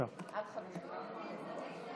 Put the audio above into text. הודעה אישית?